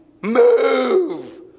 move